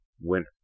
winner